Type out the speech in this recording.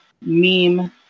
meme